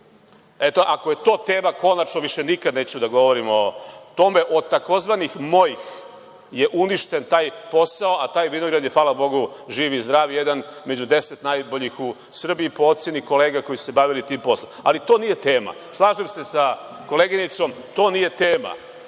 ako je to tema, konačno, više nikada neću da govorim o tome, od tzv. mojih je uništen taj posao, a taj vinograd je, hvala Bogu, živ i zdrav i jedan od 10 najboljih u Srbiji, a po oceni kolega koje se bave tim poslom. To nije tema. Slažem se sa koleginicom da to nije tema.